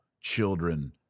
children